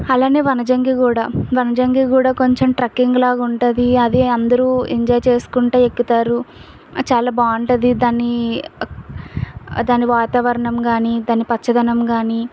అలానే వనజంగి కూడా వనజంగీ కూడా కొంచెం ట్రక్కింగ్లాగుంటుంది అది అందరూ ఎంజాయ్ చేసుకుంటా ఎక్కుతారు చాలా బాగుంటుంది దాని దాన్ని వాతావరణం గాని దాన్ని పచ్చదనం గాని